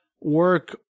work